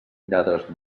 lladres